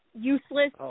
Useless